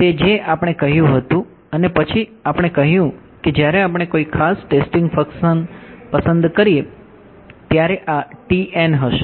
તે છે જે આપણે કહ્યું હતું અને પછી આપણે કહ્યું કે જ્યારે આપણે કોઈ ખાસ ટેસ્ટિંગ ફંક્સન પસંદ કરીએ ત્યારે આ હશે